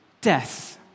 death